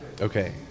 Okay